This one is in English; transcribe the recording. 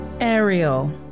Ariel